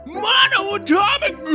monoatomic